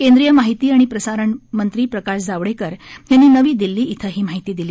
केंद्रीय माहिती आणि प्रसारण मंत्री प्रकाश जावडेकर यांनी नवी दिल्ली इथं ही माहिती दिली